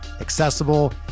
accessible